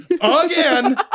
again